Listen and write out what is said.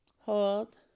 Hold